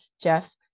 Jeff